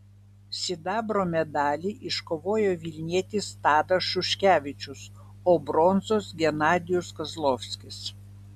sidabro medalį iškovojo vilnietis tadas šuškevičius o bronzos genadijus kozlovskis